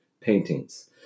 paintings